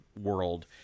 world